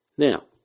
Now